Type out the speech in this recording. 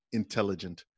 intelligent